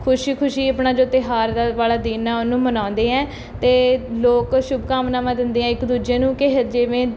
ਖੁਸ਼ੀ ਖੁਸ਼ੀ ਆਪਣਾ ਜੋ ਤਿਉਹਾਰ ਦਾ ਵਾਲਾ ਦਿਨ ਆ ਉਹਨੂੰ ਮਨਾਉਂਦੇ ਹੈ ਅਤੇ ਲੋਕ ਸ਼ੁਭਕਾਮਨਾਵਾਂ ਦਿੰਦੇ ਹੈ ਇੱਕ ਦੂਜੇ ਨੂੰ ਕਿ ਹ ਜਿਵੇਂ